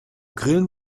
grillen